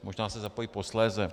Možná se zapojí posléze.